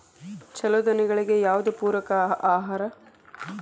ಛಲೋ ದನಗಳಿಗೆ ಯಾವ್ದು ಪೂರಕ ಆಹಾರ?